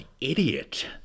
idiot